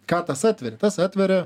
ką tas atveria tas atveria